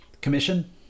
commission